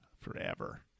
forever